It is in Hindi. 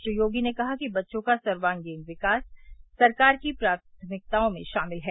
श्री योगी ने कहा कि बच्चों का सर्वगीण विकास सरकार की प्राथमिकताओं में शामिल है